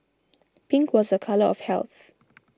pink was a colour of health